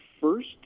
first